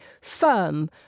firm